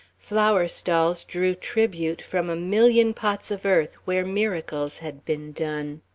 flower stalls drew tribute from a million pots of earth where miracles had been done.